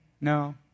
No